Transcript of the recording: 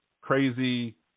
crazy